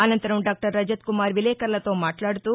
అనంతరం డాక్టర్ రజత్ కుమార్ విలేకర్లతో మాట్లాడుతూ